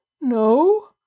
No